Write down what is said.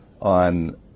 on